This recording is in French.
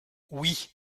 oui